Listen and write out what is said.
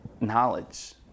knowledge